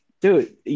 Dude